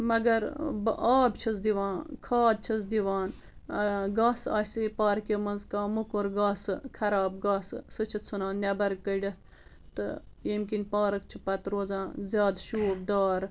مگر بہٕ آب چھَس دِوان کھاد چھَس دِوان گاسہٕ آسہِ پارکہِ منٛز کانٛہہ موٚکُر گاسہٕ خراب گاسہٕ سُہ چھِ ژٕھنان نٮ۪بر کٔڑِتھ تہٕ ییٚمہِ کِنۍ پارک چھِ پتہٕ روزان زیادٕ شوٗب دار